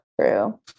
True